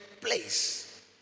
place